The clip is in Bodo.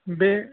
बे